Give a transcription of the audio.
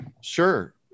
Sure